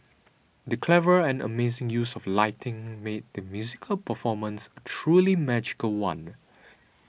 the clever and amazing use of lighting made the musical performance a truly magical one